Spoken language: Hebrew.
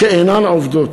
שאינן עובדות.